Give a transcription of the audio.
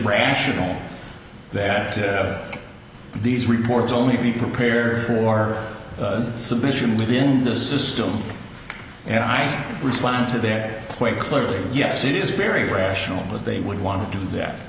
rational that these reports only be prepared for submission within the system and i respond to that quite clearly yes it is very rational but they would want to do that